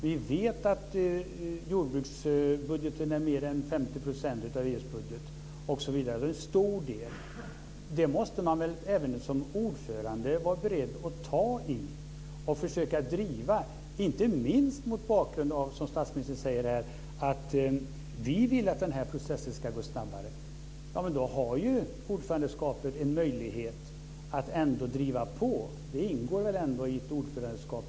Vi vet att jordbruksbudgeten är mer än 50 % av EU:s budget. Det är en stor del. Det måste man även som ordförande vara beredd att ta i och försöka driva, inte minst mot bakgrund av, som statsministern säger, att vi vill att den här processen ska gå snabbare. Ordförandegruppen har ändå en möjlighet att driva på. Det ingår väl i ett ordförandeuppdrag.